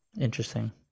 Interesting